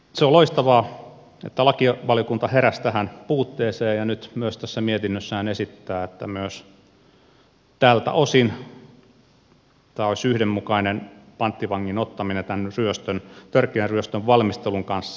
se on loistavaa että lakivaliokunta heräsi tähän puutteeseen ja nyt tässä mietinnössään esittää että myös tältä osin panttivangin ottaminen olisi yhdenmukainen törkeän ryöstön valmistelun kanssa